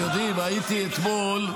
אתם יודעים, הייתי אתמול,